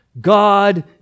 God